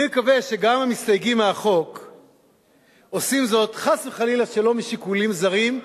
אני מקווה שגם המסתייגים מהחוק עושים זאת שלא משיקולים זרים,